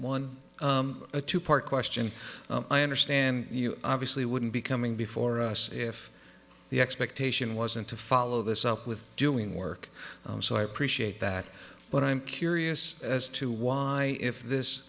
one a two part question i understand you obviously wouldn't be coming before us if the expectation wasn't to follow this up with doing work so i appreciate that but i'm curious as to why if this